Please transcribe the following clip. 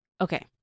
okay